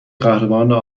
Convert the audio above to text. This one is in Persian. قهرمانان